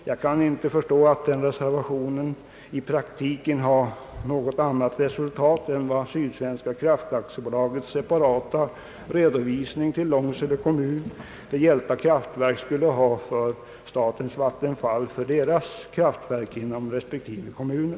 Jag kan inte förstå att reservationen i praktiken skulle ge annat resultat än Sydsvenska kraftaktiebolagets separata redovisning till Långsele kommun för Hjälta kraftverk i det fall statens vattenfallsverks kraftverk separatredovisar sin verksamhet inom respektive kommuner.